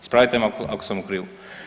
Ispravite me ako sam u krivu.